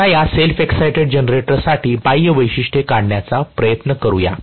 आता या self excited जनरेटरसाठी बाह्य वैशिष्ट्ये काढण्याचा प्रयत्न करूया